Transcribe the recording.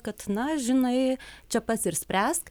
kad na žinai čia pats ir spręsk